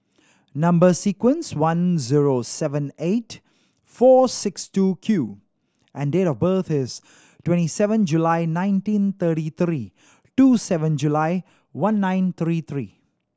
number sequence one zero seven eight four six two Q and date of birth is twenty seven July nineteen thirty three two seven July one nine three three